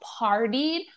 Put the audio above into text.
partied